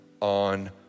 on